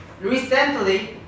recently